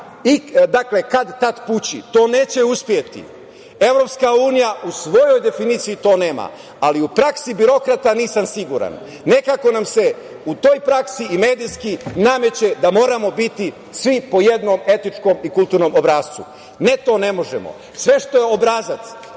to će kad tad pući. To neće uspeti. Evropska unija u svojoj definiciji to nema, ali u praksi birokrata nisam siguran. Nekako nam se u toj praksi i medijski nameće da moramo biti svi po jednom etičkom i kulturnom obrascu. Ne, to ne možemo. Sve što je obrazac,